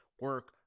Work